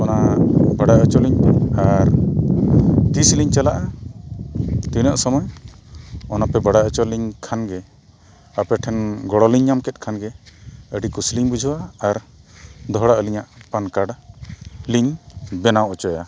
ᱚᱱᱟ ᱵᱟᱲᱟᱭ ᱚᱪᱚ ᱞᱤᱧ ᱟᱨ ᱛᱤᱥ ᱞᱤᱧ ᱪᱟᱞᱟᱜᱼᱟ ᱛᱤᱱᱟᱹᱜ ᱥᱚᱢᱚᱭ ᱚᱱᱟᱯᱮ ᱵᱟᱲᱟᱭ ᱚᱪᱚ ᱞᱤᱧ ᱠᱷᱟᱱ ᱜᱮ ᱟᱯᱮ ᱴᱷᱮᱱ ᱜᱚᱲᱚ ᱞᱤᱧ ᱧᱟᱢ ᱠᱮᱫ ᱠᱷᱟᱱ ᱜᱮ ᱟᱹᱰᱤ ᱠᱩᱥᱤ ᱞᱤᱧ ᱵᱩᱡᱷᱟᱹᱣᱟ ᱟᱨ ᱫᱚᱦᱚᱲᱟ ᱟᱹᱞᱤᱧᱟᱜ ᱯᱮᱱ ᱠᱟᱨᱰ ᱞᱤᱧ ᱵᱮᱱᱟᱣ ᱚᱪᱚᱭᱟ